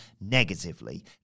negatively